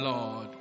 Lord